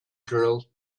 girl